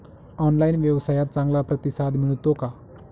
Online व्यवसायात चांगला प्रतिसाद मिळतो का?